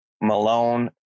Malone